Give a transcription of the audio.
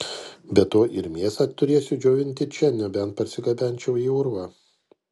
be to ir mėsą turėsiu džiovinti čia nebent parsigabenčiau į urvą